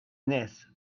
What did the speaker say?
nest